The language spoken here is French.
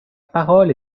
parole